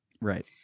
Right